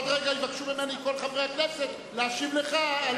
עוד רגע יבקשו ממני כל חברי הכנסת להשיב לך.